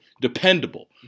dependable